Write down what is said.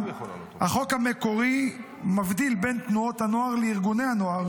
החוק המקורי מבדיל בין תנועות הנוער לארגוני הנוער,